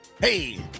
Hey